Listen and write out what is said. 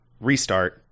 restart